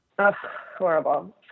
horrible